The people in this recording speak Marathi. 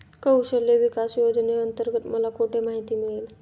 कौशल्य विकास योजनेअंतर्गत मला कुठे माहिती मिळेल?